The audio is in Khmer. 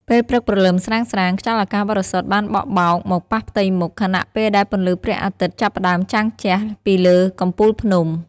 ពេលព្រឹកព្រលឹមស្រាងៗ ខ្យល់អាកាសបរិសុទ្ធបានបក់បោកមកប៉ះផ្ទៃមុខ ខណៈពេលដែលពន្លឺព្រះអាទិត្យចាប់ផ្តើមចាំងជះពីលើកំពូលភ្នំ។